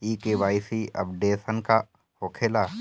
KYC updation का होखेला?